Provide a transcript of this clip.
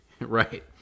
Right